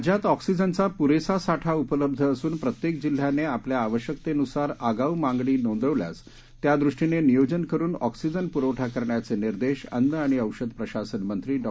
राज्यात ऑक्सीजनचा पुरेसा साठा उपलब्ध असून प्रत्येक जिल्ह्याने आपल्या आवश्यकतेनुसार आगाऊ मागणी नोंदविल्यास त्यादृष्टीने नियोजन करुन ऑक्सीजन पुरवठा करण्याचे निदेश अन्न आणि औषध प्रशासन मंत्री डॉ